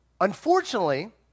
Unfortunately